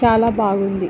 చాలా బాగుంది